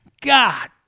God